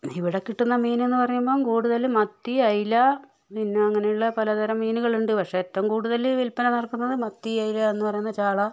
ഇവിടെ കിട്ടുന്ന മീനെന്ന് പറയുമ്പോൾ കൂടുതലും മത്തി അയല പിന്നെ അങ്ങനെയുള്ള പലതരം മീനുകൾ ഉണ്ട് പക്ഷേ ഏറ്റവും കൂടുതൽ വില്പന നടക്കുന്നത് മത്തി അയല എന്ന് പറയുന്ന ചാള